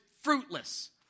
fruitless